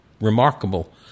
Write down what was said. remarkable